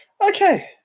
okay